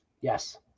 Yes